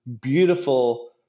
beautiful